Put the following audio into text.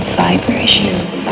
vibrations